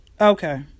Okay